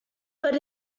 but